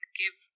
give –